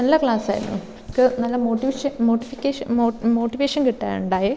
നല്ല ക്ലാസ്സായിരുന്നു എനിക്ക് നല്ല മോട്ടിവേഷൻ മോട്ടിഫിക്കേഷൻ മോട്ടി മോട്ടിവേഷൻ കിട്ടുകയുണ്ടായി